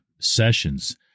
sessions